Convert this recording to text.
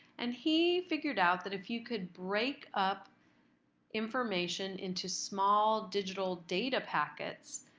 and he figured out that if you could break up information into small digital data packets,